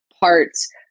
parts